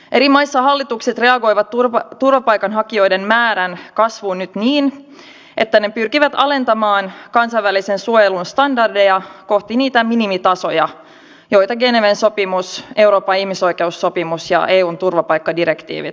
eri maissa hallitukset reagoivat turvapaikanhakijoiden määrän kasvuun nyt niin että ne pyrkivät alentamaan kansainvälisen suojelun standardeja kohti niitä minimitasoja joita geneven sopimus euroopan ihmisoikeussopimus ja eun turvapaikkadirektiivit edellyttävät